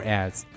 ads